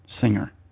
singer